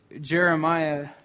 Jeremiah